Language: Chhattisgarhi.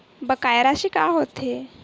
बकाया राशि का होथे?